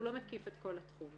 הוא לא מקיף את כל התחום,